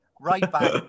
right-back